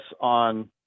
on